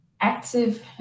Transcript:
active